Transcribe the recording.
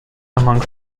among